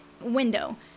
window